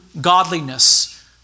godliness